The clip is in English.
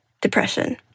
depression